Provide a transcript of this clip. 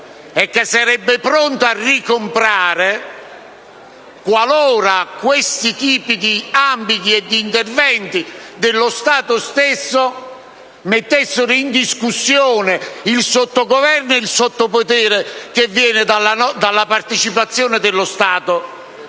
e che sarebbe pronto a ricomprare qualora questi tipi di ambiti e di interventi dello Stato stesso mettessero in discussione il sottogoverno e il sottopotere che viene dalla partecipazione dello Stato